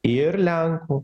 ir lenkų